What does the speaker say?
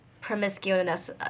promiscuous